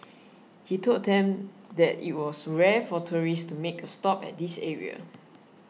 he told them that it was rare for tourists to make a stop at this area